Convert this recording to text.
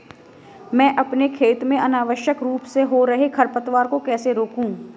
मैं अपने खेत में अनावश्यक रूप से हो रहे खरपतवार को कैसे रोकूं?